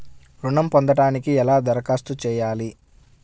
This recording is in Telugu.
ఋణం పొందటానికి ఎలా దరఖాస్తు చేయాలి?